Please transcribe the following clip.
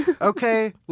okay